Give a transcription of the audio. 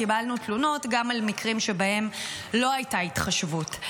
קיבלנו תלונות גם על מקרים שבהם לא הייתה התחשבות.